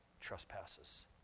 trespasses